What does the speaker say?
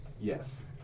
Yes